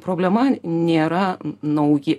problema nėra nauji